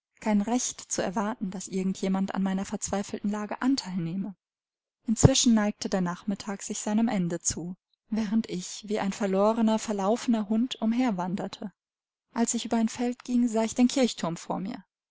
kein recht zu erwarten daß irgend jemand an meiner verzweifelten lage anteil nehme inzwischen neigte der nachmittag sich seinem ende zu während ich wie ein verlorener verlaufener hund umherwanderte als ich über ein feld ging sah ich den kirchturm vor mir